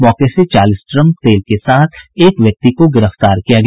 मौके से चालीस ड्रम तेल के साथ एक व्यक्ति को गिरफ्तार किया गया